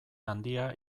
handia